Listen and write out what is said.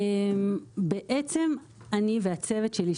בעצם אני והצוות שלי,